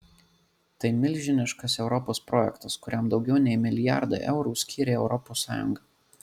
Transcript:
tai milžiniškas europos projektas kuriam daugiau nei milijardą eurų skyrė europos sąjunga